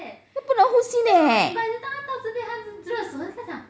不能呼吸 leh